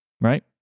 right